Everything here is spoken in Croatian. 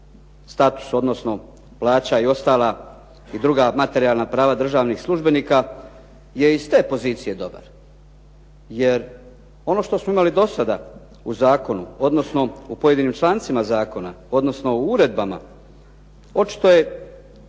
status odnosno plaća i ostala i druga materijalna prava državnih službenika je iz te pozicije dobar, jer ono što smo imali do sada u zakonu, odnosno u pojedinim člancima zakona, odnosno u uredbama očito je